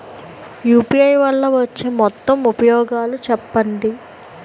UPI వల్ల వచ్చే మొత్తం ఉపయోగాలు చెప్పండి?